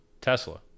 Tesla